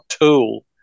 tool